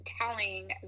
telling